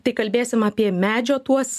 tai kalbėsim apie medžio tuos